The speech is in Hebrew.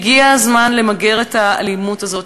הגיע הזמן למגר את האלימות הזאת,